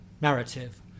narrative